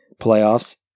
playoffs